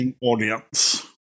audience